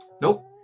Nope